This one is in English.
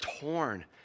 torn